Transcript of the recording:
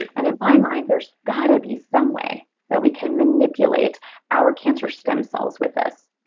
and in my mind, there's got to be some way that we can manipulate our cancer stem cells with this,